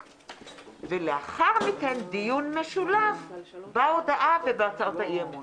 ולאחר מכן דיון משולב בהודעה ובהצעות האי-אמון.